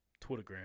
Twittergram